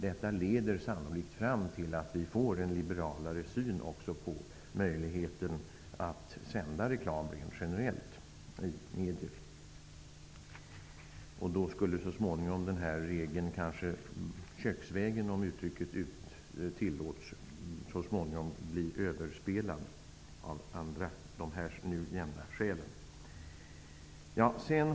Detta leder sannolikt fram till att vi får en liberalare syn också på möjligheten att sända reklam rent generellt i medier. Då skulle den här regeln så småningom köksvägen, om uttrycket tillåts, bli överspelad av de nu nämnda skälen.